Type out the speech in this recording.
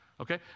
okay